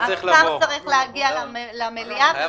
ולבוא למליאה,